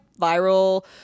viral